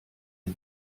dem